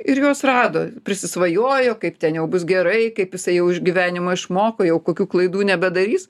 ir juos rado prisisvajojo kaip ten jau bus gerai kaip jisai jau iš gyvenimo išmoko jau kokių klaidų nebedarys